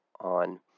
on